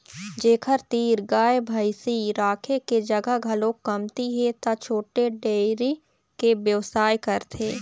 जेखर तीर गाय भइसी राखे के जघा घलोक कमती हे त छोटे डेयरी के बेवसाय करथे